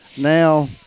now